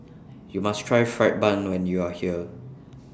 YOU must Try Fried Bun when YOU Are here